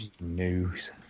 News